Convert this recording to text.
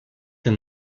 and